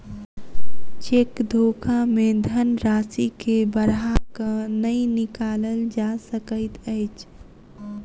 cheque धोखा मे धन राशि के बढ़ा क नै निकालल जा सकैत अछि